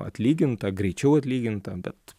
atlyginta greičiau atlyginta bet